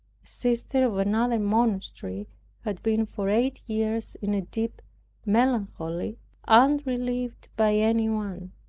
sister of another monastery had been for eight years in a deep melancholy unrelieved by anyone.